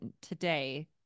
today